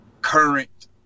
current